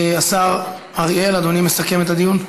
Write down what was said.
השר אריאל, אדוני מסכם את הדיון?